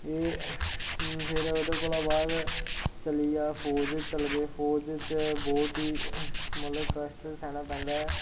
ते फिर ओह्दे कोला बाद चली आ फौज च चल गे फौज च बहोत ई मतलब कष्ट सैह्ना पेंदा ऐ